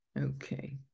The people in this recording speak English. okay